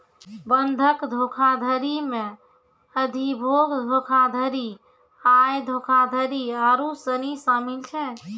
बंधक धोखाधड़ी मे अधिभोग धोखाधड़ी, आय धोखाधड़ी आरु सनी शामिल छै